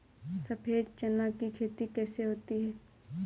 सफेद चना की खेती कैसे होती है?